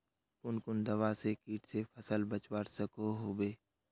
कुन कुन दवा से किट से फसल बचवा सकोहो होबे?